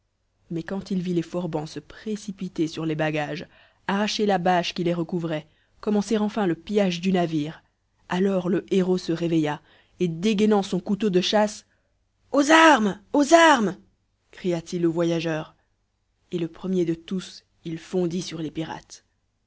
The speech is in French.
mais quand il vit les forbans se précipiter sur les bagages arracher la bâche qui les recouvrait commencer enfin le pillage du navire alors le héros se réveilla et dégainant son couteau de chasse aux armes aux armes cria-t-il aux voyageurs et le premier de tous il fondit sur les pirates